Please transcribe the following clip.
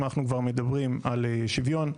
אם אנחנו כבר מדברים על שוויון,